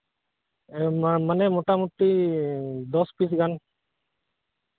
ᱦᱮᱸ ᱢᱟ ᱢᱟᱱᱮ ᱢᱚᱴᱟᱢᱩᱴᱤ ᱫᱚᱥ ᱯᱤᱥ ᱜᱟᱱ